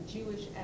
Jewish